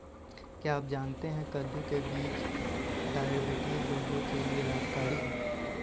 क्या आप जानते है कद्दू के बीज डायबिटीज रोगियों के लिए लाभकारी है?